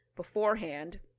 beforehand